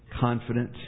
confident